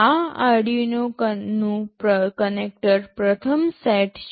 આ Arduino નું connector પ્રથમ સેટ છે